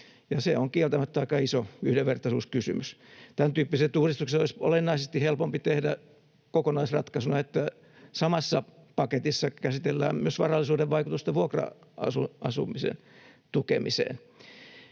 se on kieltämättä aika iso yhdenvertaisuuskysymys. Tämäntyyppiset uudistukset olisi olennaisesti helpompi tehdä kokonaisratkaisuna, niin että samassa paketissa käsitellään myös varallisuuden vaikutusta vuokra-asumisen tukemiseen.